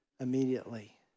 immediately